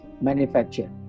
manufacture